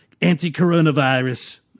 anti-coronavirus